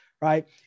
right